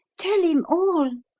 tell him all,